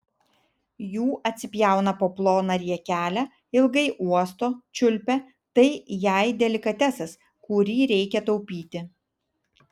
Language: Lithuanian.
jų atsipjauna po ploną riekelę ilgai uosto čiulpia tai jai delikatesas kurį reikia taupyti